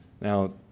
now